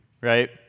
right